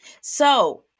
So-